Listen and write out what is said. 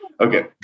Okay